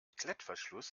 klettverschluss